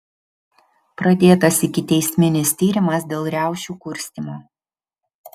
pradėtas ikiteisminis tyrimas dėl riaušių kurstymo